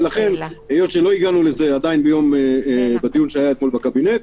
ולכן היות שעדיין לא הגענו לזה בדיון שהיה אתמול בקבינט,